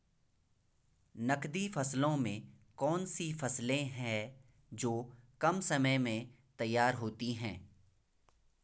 नकदी फसलों में कौन सी फसलें है जो कम समय में तैयार होती हैं?